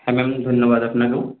হ্যাঁ ম্যাম ধন্যবাদ আপনাকেও